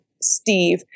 Steve